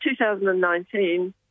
2019